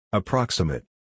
approximate